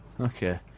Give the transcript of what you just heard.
Okay